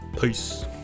peace